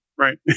Right